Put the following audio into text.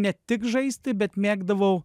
ne tik žaisti bet mėgdavau